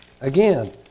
again